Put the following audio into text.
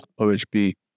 OHB